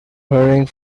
hurrying